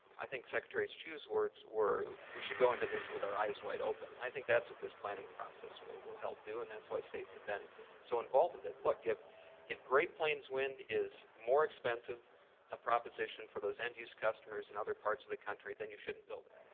i think secretary chu's words were we should go into this with our eyes wide open. and i think that's what this planning process will will help do and that's why states have been so involved with it. look, if if great plains wind is more expensive a proposition for those end-use customers in other parts of the country, then you shouldn't build.